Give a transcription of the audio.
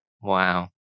Wow